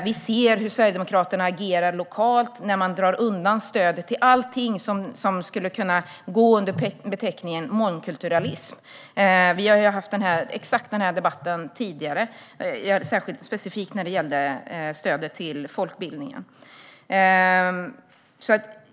Vi ser hur Sverigedemokraterna agerar lokalt när de drar undan stödet till allting som skulle kunna gå under beteckningen mångkulturalism. Vi har haft exakt denna debatt tidigare när det specifikt gällde stödet till folkbildningen.